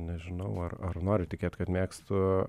nežinau ar ar noriu tikėt kad mėgstu